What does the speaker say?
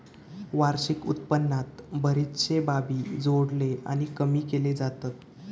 वार्षिक उत्पन्नात बरेचशे बाबी जोडले आणि कमी केले जातत